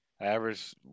Average